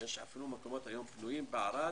שיש מקומות פנויים בערד,